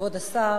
כבוד השר,